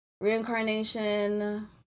reincarnation